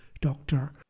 doctor